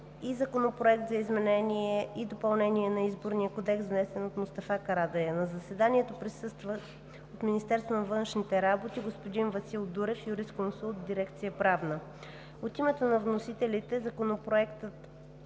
Законопроект за изменение и допълнение на Изборния кодекс, внесен от Мустафа Карадайъ и група народни представители. На заседанието присъства от Министерството на външните работи: господин Васил Дурев – юрисконсулт в дирекция „Правна“. От името на вносителите Законопроектът